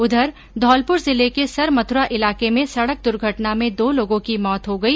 उधर धौलपुर जिले के सरमथुरा इलाके में सडक दर्घटना में दो लोगों की मौत हो गई